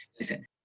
listen